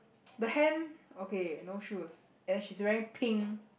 the hand okay no shoes and she's wearing pink